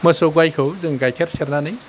मोसौ गाइखौ जों गाइखेर सेरनानै